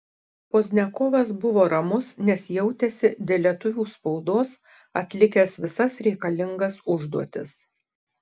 pozdniakovas buvo ramus nes jautėsi dėl lietuvių spaudos atlikęs visas reikalingas užduotis